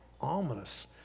ominous